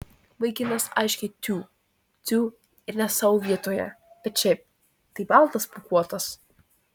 vaikinas aiškiai tiū tiū ir ne savo vietoje bet šiaip tai baltas pūkuotas